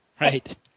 Right